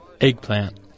Eggplant